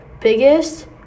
biggest